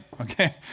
okay